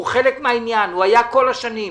הוא חלק מהעניין, הוא היה כל השנים.